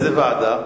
איזה ועדה?